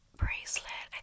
bracelet